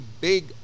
big